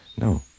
No